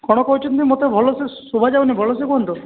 କ'ଣ କହୁଛନ୍ତି ମୋତେ ଭଲସେ ଶୁଭା ଯାଉନି ଭଲସେ କୁହନ୍ତୁ